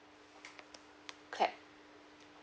clap